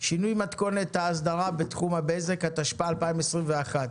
(שינוי מתכונת האסדרה בתחום הבזק), התשפ"א-2021.